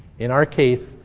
in our case,